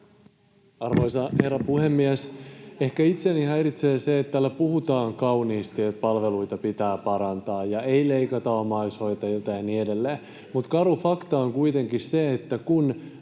Arvoisa herra puhemies! Ehkä itseäni häiritsee se, että täällä puhutaan kauniisti, että palveluita pitää parantaa ja ei leikata omaishoitajilta ja niin edelleen, mutta karu fakta on kuitenkin se, että kun